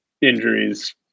injuries